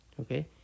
Okay